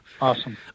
Awesome